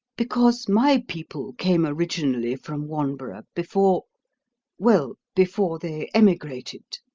because my people came originally from wanborough before well, before they emigrated.